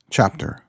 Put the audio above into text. Chapter